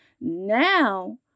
Now